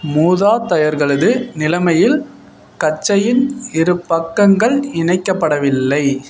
மூதாதையர்களது நிலைமையில் கச்சையின் இருபக்கங்கள் இணைக்கப்படவில்லை